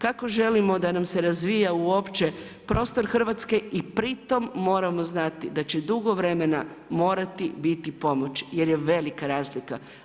Kako želimo da nam se razvija uopće prostor Hrvatske, i pri tom moramo znati, da će dugo vremena morati biti pomoć, jer je velika razlika.